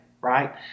right